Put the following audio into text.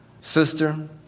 sister